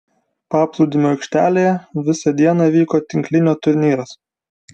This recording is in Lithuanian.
paplūdimio aikštelėje visą dieną vyko tinklinio turnyras